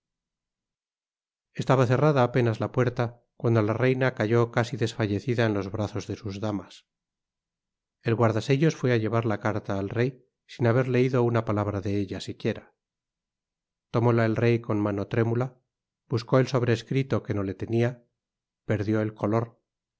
estaba cerrada apenas la puerta cuando la reina cayó casi desfallecida en los brazos de sus damas el guarda sellos fué á llevar la carta al rey sin haber leido una palabra de ella siquiera tomóla el rey con mano trémula buscó el sobrescrito que no le tenia perdió el color